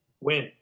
Win